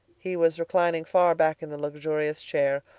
he was reclining far back in the luxurious chair,